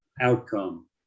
outcome